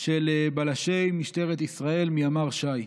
של בלשי משטרת ישראל מימ"ר ש"י.